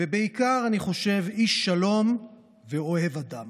ובעיקר, אני חושב, איש שלום ואוהב אדם.